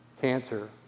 cancer